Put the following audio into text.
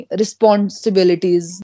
responsibilities